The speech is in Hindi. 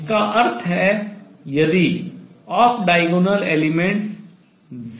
इसका अर्थ है यदि off diagonal elements 0 हैं